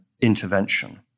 intervention